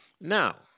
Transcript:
Now